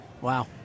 Wow